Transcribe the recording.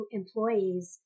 employees